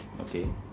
Okay